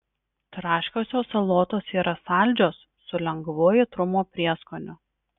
traškiosios salotos yra saldžios su lengvu aitrumo prieskoniu